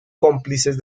cómplices